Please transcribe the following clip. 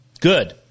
Good